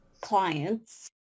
clients